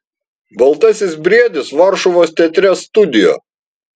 baltasis briedis varšuvos teatre studio